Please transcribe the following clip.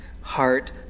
heart